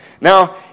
Now